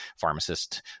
pharmacist